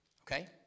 okay